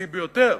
בסיסי ביותר,